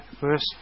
first